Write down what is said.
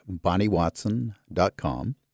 bonniewatson.com